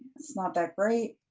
it's not that great.